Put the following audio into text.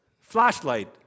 flashlight